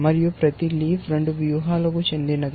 మరియు ప్రతి లీఫ్ 2 వ్యూహాలకు చెందినది